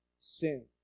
sin